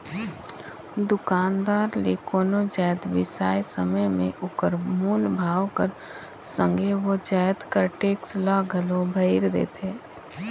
दुकानदार ले कोनो जाएत बिसाए समे में ओकर मूल भाव कर संघे ओ जाएत कर टेक्स ल घलो भइर देथे